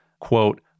quote